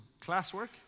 classwork